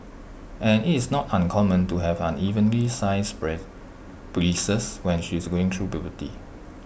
and is not uncommon to have unevenly sized bread breasts when she is going through puberty